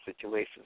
situations